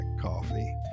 coffee